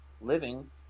living